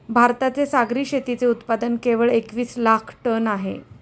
भारताचे सागरी शेतीचे उत्पादन केवळ एकवीस लाख टन आहे